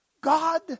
God